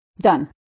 Done